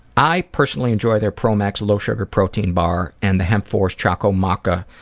i personally enjoy their promax low sugar protein bar and the hemp force chocomaca